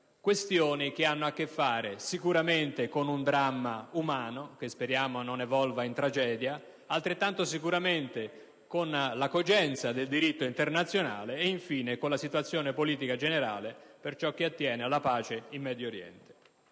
questioni che hanno a che fare sicuramente con un dramma umano, che speriamo non evolva in tragedia, altrettanto sicuramente con la cogenza del diritto internazionale e, infine, con la situazione politica generale che attiene alla pace in Medio Oriente.